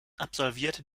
absolvierte